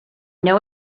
know